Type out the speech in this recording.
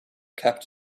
kept